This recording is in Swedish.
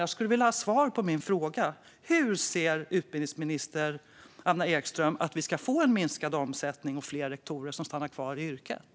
Jag skulle vilja ha svar på min fråga: Hur ser utbildningsminister Anna Ekström att vi ska få en minskad omsättning och fler rektorer som stannar kvar i yrket?